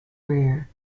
rare